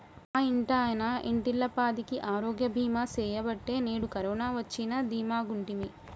మా ఇంటాయన ఇంటిల్లపాదికి ఆరోగ్య బీమా సెయ్యబట్టే నేడు కరోన వచ్చినా దీమాగుంటిమి